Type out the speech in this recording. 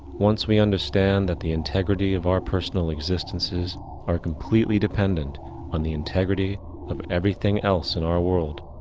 once we understand that the integrity of our personal existences are completely dependent on the integrity of everything else in our world,